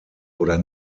oder